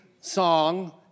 song